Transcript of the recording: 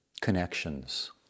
connections